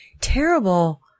terrible